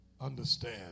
understand